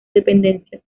dependencias